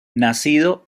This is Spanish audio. nacido